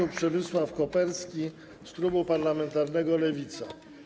Poseł Przemysław Koperski z klubu parlamentarnego Lewica.